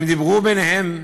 הם דיברו ביניהם,